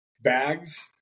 bags